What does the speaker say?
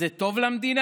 זה טוב למדינה?